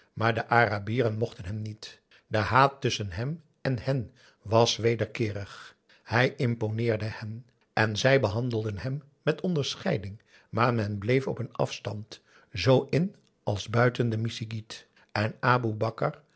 maar de arabieren mochten hem niet de haat tusschen hem en hen was wederkeerig hij imponeerde hen en zij behandelden hem met onderscheiding maar men bleef op een afstand zoo in als buiten den missigit en aboe